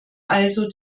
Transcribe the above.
also